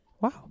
Wow